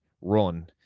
run